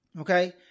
Okay